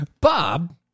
Bob